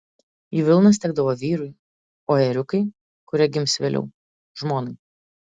jų vilnos tekdavo vyrui o ėriukai kurie gims vėliau žmonai